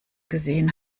gesehen